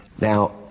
now